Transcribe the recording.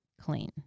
clean